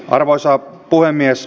arvoisa puhemies